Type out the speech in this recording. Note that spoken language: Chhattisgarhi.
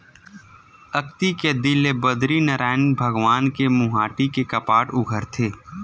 अक्ती के दिन ले बदरीनरायन भगवान के मुहाटी के कपाट उघरथे